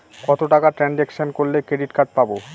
কত টাকা ট্রানজেকশন করলে ক্রেডিট কার্ড পাবো?